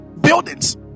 buildings